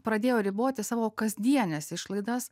pradėjo riboti savo kasdienes išlaidas